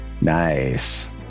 Nice